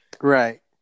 Right